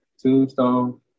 Tombstone